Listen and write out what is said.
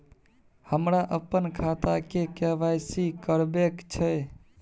हमरा अपन खाता के के.वाई.सी करबैक छै